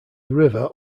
river